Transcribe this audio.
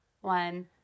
one